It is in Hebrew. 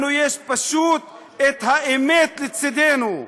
לנו יש פשוט את האמת לצדנו,